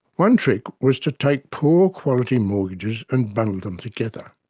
one trick was to take poor quality mortgages and bundle them together.